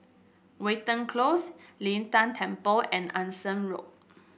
Watten Close Lin Tan Temple and Anson Road